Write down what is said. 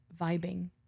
vibing